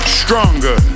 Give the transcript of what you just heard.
stronger